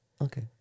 okay